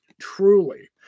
truly